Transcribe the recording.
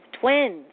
Twins